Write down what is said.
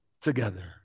together